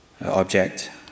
object